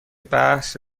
بحث